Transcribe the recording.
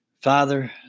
father